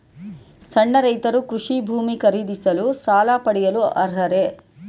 ಸಣ್ಣ ರೈತರು ಕೃಷಿ ಭೂಮಿ ಖರೀದಿಸಲು ಸಾಲ ಪಡೆಯಲು ಅರ್ಹರೇ?